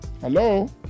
Hello